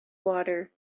water